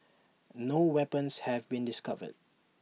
no weapons have been discovered